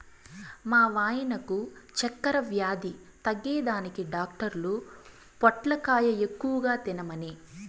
మా వాయినకు చక్కెర వ్యాధి తగ్గేదానికి డాక్టర్ పొట్లకాయ ఎక్కువ తినమనె